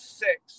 six